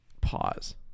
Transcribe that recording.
Pause